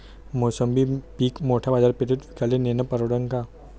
मोसंबी पीक मोठ्या बाजारपेठेत विकाले नेनं परवडन का?